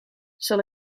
zal